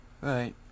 Right